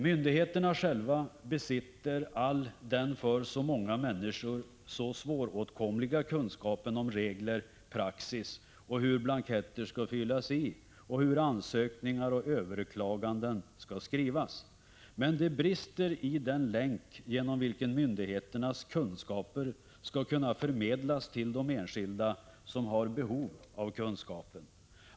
Myndigheterna själva besitter all den för så många människor så svåråtkomliga kunskapen om regler, praxis, hur blanketter skall fyllas i och hur ansökningar och överklaganden skall skrivas. Men det brister i den länk genom vilken myndigheternas kunskaper skall kunna förmedlas till de enskilda som har behov av kunskapen.